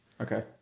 Okay